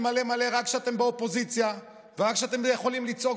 מלא מלא רק כשאתם באופוזיציה ורק כשאתם יכולים לצעוק,